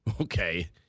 Okay